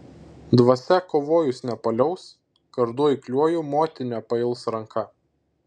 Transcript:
dvasia kovojus nepaliaus kardu eikliuoju moti nepails ranka